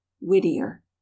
whittier